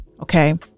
Okay